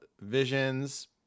Visions